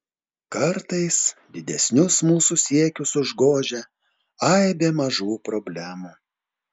kartais didesnius mūsų siekius užgožia aibė mažų problemų